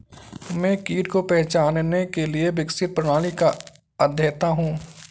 मैं कीट को पहचानने के लिए विकसित प्रणाली का अध्येता हूँ